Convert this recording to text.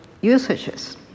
usages